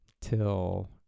Till